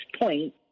point